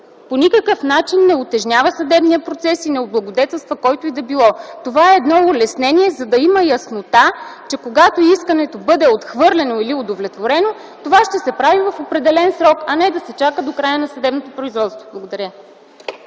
по никакъв начин не утежнява съдебния процес и не облагодетелства когото и да било. Това е улеснение за яснота, че когато искането бъде отхвърлено или удовлетворено, това ще се прави в определен срок, а не да се чака до края на съдебното производство. Благодаря.